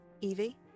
Evie